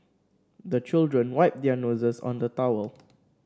the children wipe their noses on the towel